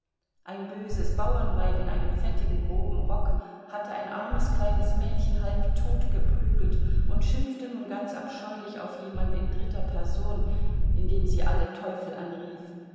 ein böses bauernweib in einem fettigen groben rock hatte ein armes kleines mädchen halbtot geprügelt und schimpfte nun ganz abscheulich auf jemand in dritter person indem sie alle teufel anrief